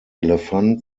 elefant